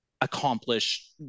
accomplish